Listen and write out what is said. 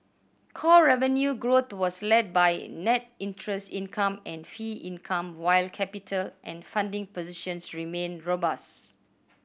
core revenue growth was led by net interest income and fee income while capital and funding positions remain robust